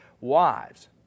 Wives